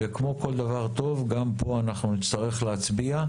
וכמו כל דבר טוב גם פה אנחנו נצטרך להצביע.